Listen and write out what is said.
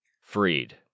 Freed